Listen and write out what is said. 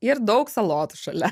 ir daug salotų šalia